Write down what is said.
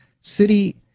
city